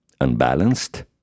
unbalanced